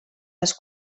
les